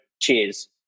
Cheers